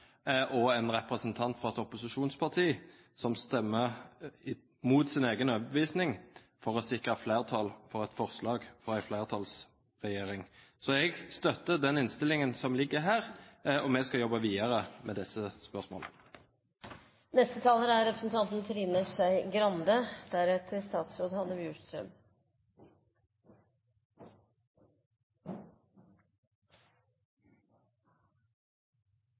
og det at en representant fra et opposisjonsparti stemmer mot sin egen overbevisning for å sikre flertall for et forslag fra en flertallsregjering. Så jeg støtter den innstillingen som ligger her, og vi skal jobbe videre med disse spørsmålene.